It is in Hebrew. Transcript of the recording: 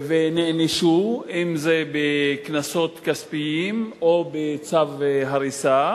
ונענשו, אם בקנסות כספיים או בצו הריסה,